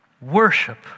worship